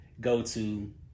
go-to